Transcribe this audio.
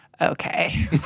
okay